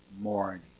morning